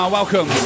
Welcome